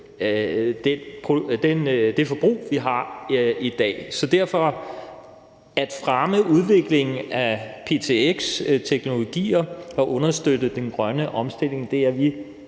derfor er vi rigtig meget for det at fremme udviklingen af ptx-teknologier og understøtte den grønne omstilling; det er